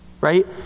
Right